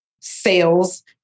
sales